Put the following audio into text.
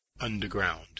Underground